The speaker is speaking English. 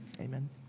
Amen